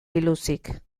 biluzik